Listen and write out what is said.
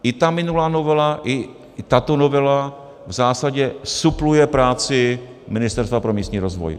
I ta minulá novela i tato novela v zásadě supluje práci Ministerstva pro místní rozvoj.